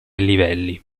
livelli